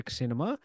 cinema